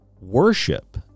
worship